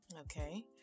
okay